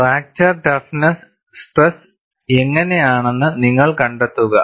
fracture toughness stress എങ്ങനെയാണെന്ന് നിങ്ങൾ കണ്ടെത്തുക